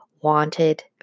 wanted